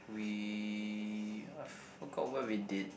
we I forgot what we did